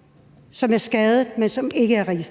Justitsministeren (Nick Hækkerup):